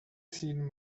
seen